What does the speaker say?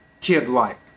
kid-like